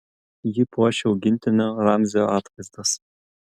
jį puošia augintinio ramzio atvaizdas